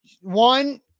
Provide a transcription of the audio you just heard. One